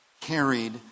carried